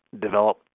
develop